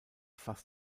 fast